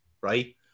right